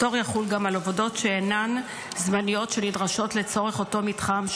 הפטור יחול גם על עבודות שאינן זמניות שנדרשות לצורך אותו מתחם,